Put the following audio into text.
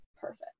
perfect